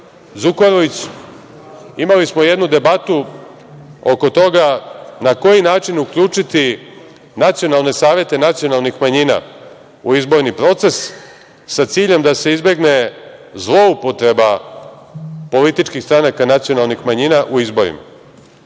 Zukorlić. Imali smo jednu debatu oko toga na koji način uključiti nacionalne savete nacionalnih manjina u izborni proces, sa ciljem da se izbegne zloupotreba političkih stranaka nacionalnih manjina u izborima. Naime,